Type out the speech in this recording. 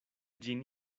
ĝin